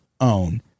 own